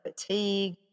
fatigue